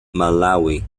malawi